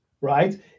right